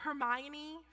Hermione